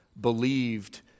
believed